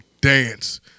dance